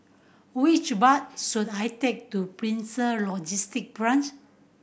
which bus should I take to Prison Logistic Branch